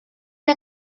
una